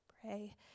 pray